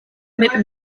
mit